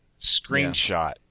screenshot